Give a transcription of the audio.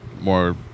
more